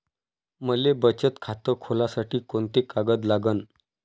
मले बचत खातं खोलासाठी कोंते कागद लागन?